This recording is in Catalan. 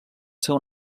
seu